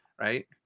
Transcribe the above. right